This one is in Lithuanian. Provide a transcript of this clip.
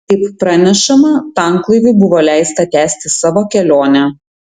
kaip pranešama tanklaiviui buvo leista tęsti savo kelionę